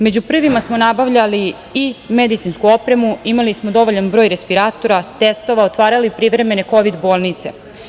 Među prvima smo nabavljali i medicinsku opremu, imali smo dovoljan broj respiratora, testova, otvarali privremene kovid bolnice.